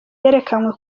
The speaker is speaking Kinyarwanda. yerekanywe